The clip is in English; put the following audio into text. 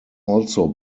also